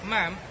Ma'am